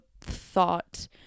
thought